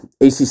ACC